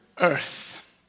earth